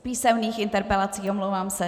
Písemných interpelacích, omlouvám se.